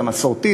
המסורתית,